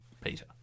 Peter